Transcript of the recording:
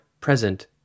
present